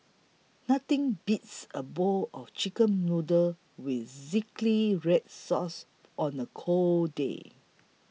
nothing beats a bowl of Chicken Noodles with Zingy Red Sauce on a cold day